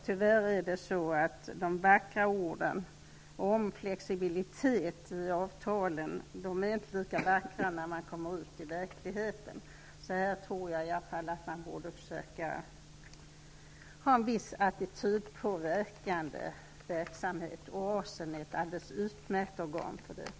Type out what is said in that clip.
Tyvärr är de vackra orden om flexibilitet i avtalen inte lika vackra när man kommer ut i verkligheten. Jag tror därför att man borde försöka bedriva en viss attitydpåverkande verksamhet, och Oasen är ett alldeles utmärkt organ för det.